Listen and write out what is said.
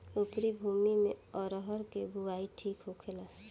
उपरी भूमी में अरहर के बुआई ठीक होखेला?